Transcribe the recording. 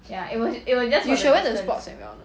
you should have went to sports and wellness